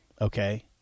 Okay